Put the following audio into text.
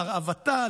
להרעבתה,